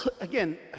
again